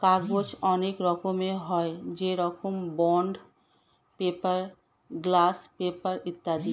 কাগজ অনেক রকমের হয়, যেরকম বন্ড পেপার, গ্লাস পেপার ইত্যাদি